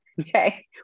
okay